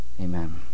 Amen